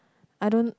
I don't